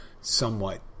somewhat